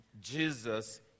Jesus